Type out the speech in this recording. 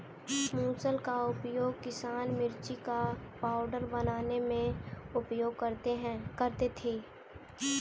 मुसल का उपयोग किसान मिर्ची का पाउडर बनाने में उपयोग करते थे